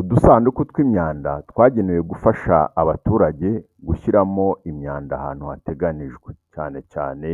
Udusanduku tw’imyanda twagenewe gufasha abaturage gushyiramo imyanda ahantu hateganyijwe, cyane cyane